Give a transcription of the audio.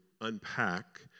unpack